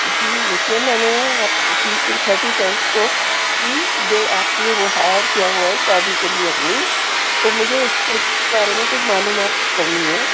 جی دیکھیے میں نے تھرٹی فسٹ کو جی آپ کی وہ ہائر کیا ہوا ہے شادی کے لیے اپنی تو مجھے اس کے بارے میں کچھ معلومات کرنی ہے